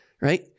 right